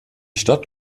stadt